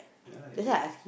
ya lah is